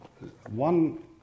One